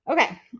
Okay